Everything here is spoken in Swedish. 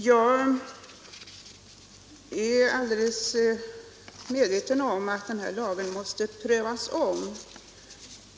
Jag är medveten om att den här lagen måste prövas om.